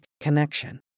connection